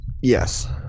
Yes